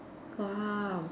!wow!